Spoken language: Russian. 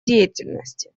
деятельности